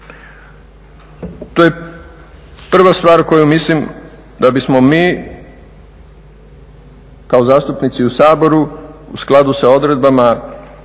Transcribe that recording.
To je prva stvar koju mislim da bismo mi kao zastupnici u Saboru u skladu sa odredbama članka